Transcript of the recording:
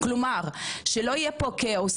שלא יהיה פה כאוס,